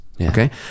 okay